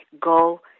Go